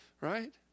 right